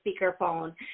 speakerphone